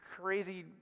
crazy